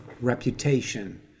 reputation